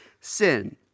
sin